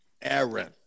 Aaron